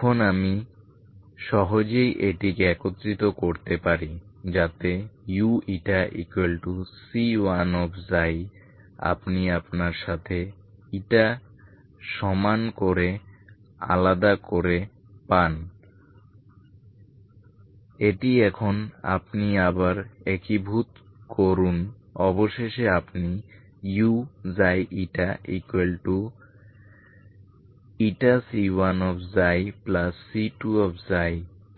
এখন আমি সহজেই এটিকে একত্রিত করতে পারি যাতে uC1 আপনি আপনার সাথে সম্মান করে আলাদা করে পান এটি এখন আপনি আবার একীভূত করুন অবশেষে আপনি uξηC1C2